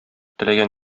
теләгән